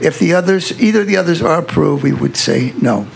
if the others either the others are proof we would say no